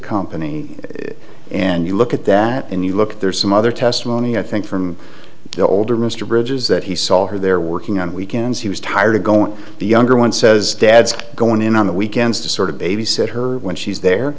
company and you look at that and you look there's some other testimony i think from the older mr bridges that he saw her there working on weekends he was tired of going to the younger one says dad's going in on the weekends to sort of babysit her when she's there